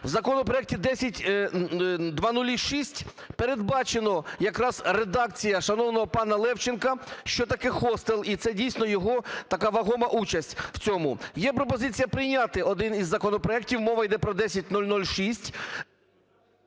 В законопроекті 10006 передбачена якраз редакція шановного пана Левченка, що таке хостел. І це, дійсно, його така вагома участь в цьому. Є пропозиція прийняти один із законопроектів, мова іде про 10006…